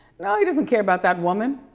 no he doesn't care about that woman.